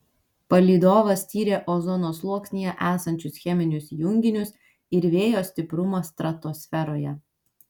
palydovas tyrė ozono sluoksnyje esančius cheminius junginius ir vėjo stiprumą stratosferoje